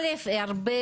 הרבה